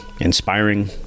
inspiring